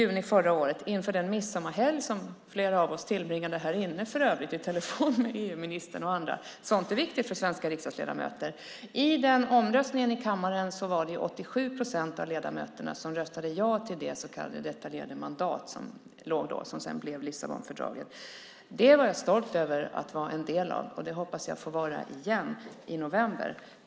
Det var inför den midsommarhelg som flera av oss för övrigt tillbringade här inne med telefonsamtal med EU-ministern och andra. Sådant är viktigt för svenska riksdagsledamöter. I den omröstningen i kammaren var det 87 procent av ledamöterna som röstade ja till det så kallade detaljerade mandat som förelåg då och som sedan blev Lissabonfördraget. Det var jag stolt över att vara en del av, och det hoppas jag få vara igen i november.